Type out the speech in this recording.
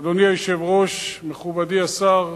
אדוני היושב-ראש, מכובדי השר,